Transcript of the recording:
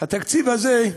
התקציב הזה,